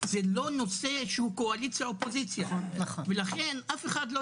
זה לא נושא שהוא קואליציה אופוזיציה ולכן אף אחד לא